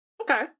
Okay